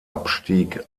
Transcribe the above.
abstieg